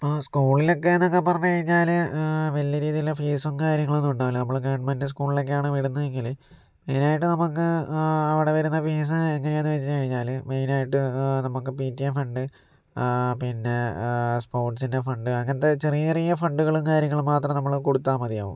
ആ സ്കൂളിലൊക്കെ എന്നൊക്കെ പറഞ്ഞു കഴിഞ്ഞാല് വല്ല്യ രീതീല് ഫീസും കാര്യങ്ങളൊന്നും ഉണ്ടാവില്ല നമ്മള് ഗവൺമെൻറ് സ്കൂളിലൊക്കെയാണ് വിടുന്നതെങ്കില് മെയിനായിട്ട് നമുക്ക് അവിടെ വരുന്ന ഫീസ് എങ്ങനെയാന്ന് വെച്ച് കഴിഞ്ഞാല് മെയിനായിട്ട് നമുക്ക് പിടിഎ ഫണ്ട് പിന്നെ സ്പോർട്സിന്റെ ഫണ്ട് അങ്ങനത്തെ ചെറിയ ചെറിയ ഫണ്ടുകളും കാര്യങ്ങളും മാത്രം നമ്മള് കൊടുത്താൽ മതിയാകും